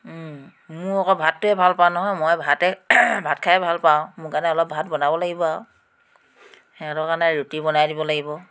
মোৰ আকৌ ভাতটোৱে ভাল পাওঁ নহয় ভাতে ভাত খাই ভাল পাওঁ মোৰ কাৰণে অলপ ভাত বনাব লাগিব আৰু সিহঁতৰ কাৰণে ৰুটি বনাই দিব লাগিব